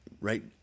right